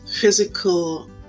physical